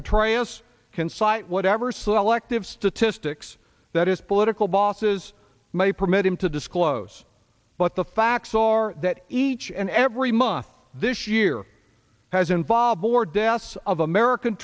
cite whatever selective statistics that his political bosses may permit him to disclose but the facts are that each and every month this year has involved more deaths of american